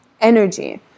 energy